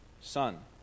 son